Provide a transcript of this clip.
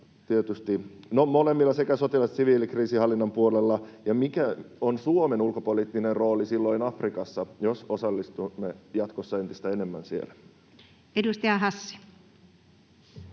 tietysti... — no, molemmissa, sekä sotilaallisesti että siviilikriisinhallinnan puolella — ja mikä on Suomen ulkopoliittinen rooli silloin Afrikassa, jos osallistumme jatkossa entistä enemmän siellä? Edustaja Hassi.